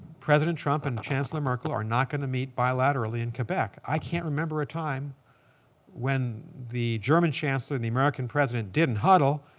president trump and chancellor merkel are not going to meet bilaterally in quebec. i can't remember a time when the german chancellor and the american president didn't huddle,